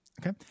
Okay